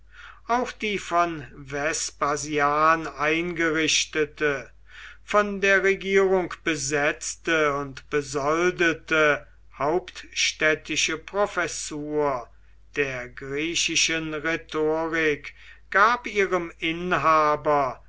auch die von vespasian eingerichtete von der regierung besetzte und besoldete hauptstädtische professur der griechischen rhetorik gab ihrem inhaber